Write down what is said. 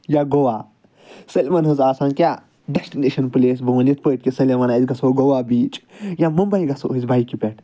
یا گووا سٲلمَن ہٕنز آسان کیاہ ڈٮ۪سٹِنیشَن پٕلیس بہٕ وَنہٕ یِتھ پٲٹھۍ کہِ سٲلِم ونان أسۍ گژھو گووا بیٖچ یا مُمبے گژھو أسۍ بایِکہِ پٮ۪ٹھ